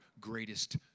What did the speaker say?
greatest